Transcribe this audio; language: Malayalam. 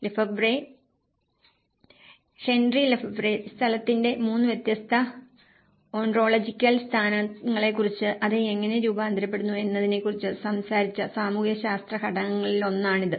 ലെഫെബ്വ്രെ ഹെൻറി ലെഫെബ്വ്രെ സ്ഥലത്തിന്റെ 3 വ്യത്യസ്ത ഓന്റോളജിക്കൽ സ്ഥാനങ്ങളെക്കുറിച്ച് അത് എങ്ങനെ രൂപാന്തരപ്പെടുന്നു എന്നതിനെക്കുറിച്ച് സംസാരിച്ച സാമൂഹികശാസ്ത്ര ഘടകങ്ങളിലൊന്നാണിത്